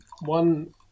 one